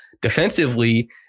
Defensively